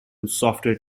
software